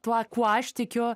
tuo kuo aš tikiu